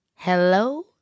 Hello